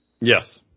Yes